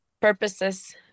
purposes